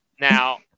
Now